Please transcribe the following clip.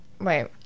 Wait